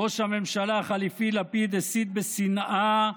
ראש הממשלה החליפי לפיד הסית בשנאה,